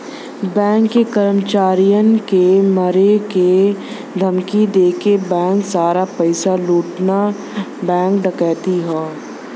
bank के कर्मचारियन के मारे क धमकी देके बैंक सारा पइसा लूटना बैंक डकैती हौ